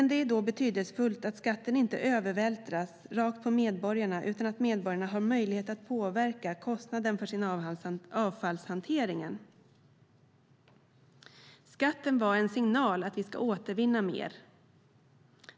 Det är då betydelsefullt att skatten inte vältras över direkt på medborgarna utan att medborgarna har möjlighet att påverka kostnaden för avfallshanteringen. Skatten var en signal att vi ska återvinna mer.